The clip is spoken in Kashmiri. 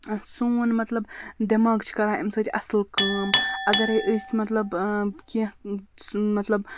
سون مطلب دٮ۪ماغ چھُ کَران اَمہِ سۭتۍ اَصٕل کٲم اَگَرے أسۍ مطلب کینٛہہ سُہ مطلب